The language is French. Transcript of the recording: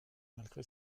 malgré